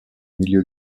milieu